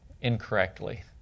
Incorrectly